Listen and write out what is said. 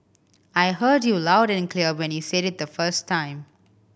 I heard you loud and clear when you said it the first time